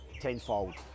tenfold